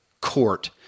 court